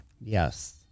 Yes